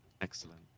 excellent